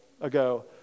ago